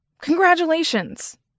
Congratulations